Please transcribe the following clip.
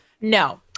No